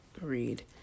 read